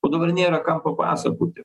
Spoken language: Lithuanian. o dabar nėra ką papasakoti